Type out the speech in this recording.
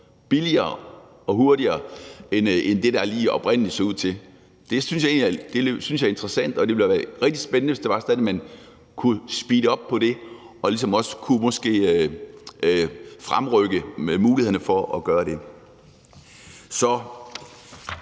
billigere og hurtigere end sådan, som det oprindelig så ud til. Det synes jeg egentlig er interessant, og det ville være rigtig spændende, hvis man kunne speede det op og måske også kunne fremrykke mulighederne for at gøre det. Så